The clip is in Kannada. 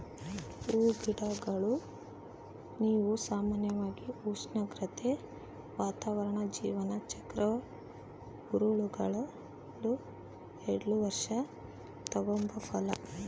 ಹೂಗಿಡಗಳು ಇವು ಸಾಮಾನ್ಯವಾಗಿ ಉಷ್ಣಾಗ್ರತೆ, ವಾತಾವರಣ ಜೀವನ ಚಕ್ರ ಉರುಳಲು ಎಲ್ಡು ವರ್ಷ ತಗಂಬೋ ಫಲ